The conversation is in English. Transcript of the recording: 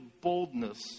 boldness